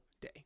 day